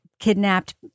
kidnapped